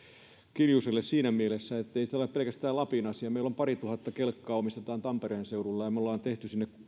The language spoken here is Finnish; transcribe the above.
kiljuselle siinä mielessä ettei se ole pelkästään lapin asia meillä on parituhatta kelkkaa omistamme tampereen seudulla ja me olemme tehneet sinne yli